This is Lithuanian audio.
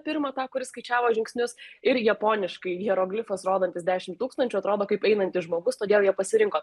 pirmą tą kuris skaičiavo žingsnius ir japoniškai hieroglifas rodantis dešim tūkstančių atrodo kaip einantis žmogus todėl jie pasirinko